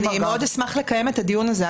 אני מאוד אשמח לקיים את הדיון הזה,